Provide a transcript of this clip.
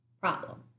problem